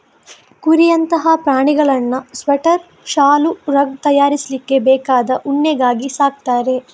ಕುರಿಯಂತಹ ಪ್ರಾಣಿಗಳನ್ನ ಸ್ವೆಟರ್, ಶಾಲು, ರಗ್ ತಯಾರಿಸ್ಲಿಕ್ಕೆ ಬೇಕಾದ ಉಣ್ಣೆಗಾಗಿ ಸಾಕ್ತಾರೆ